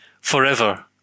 forever